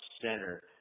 center –